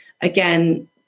again